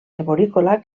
arborícola